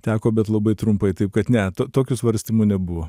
teko bet labai trumpai taip kad ne to tokių svarstymų nebuvo